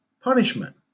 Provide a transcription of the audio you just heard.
punishment